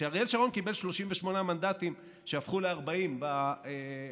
כשאריאל שרון קיבל 38 מנדטים, שהפכו ל-40 ב-2003,